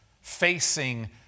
facing